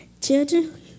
Children